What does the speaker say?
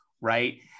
Right